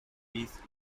peace